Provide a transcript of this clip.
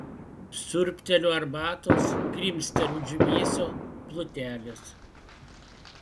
siurbteliu arbatos krimsteliu džiūvėsio plutelės